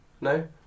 No